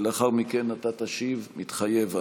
ולאחר מכן אתה תשיב: "מתחייב אני".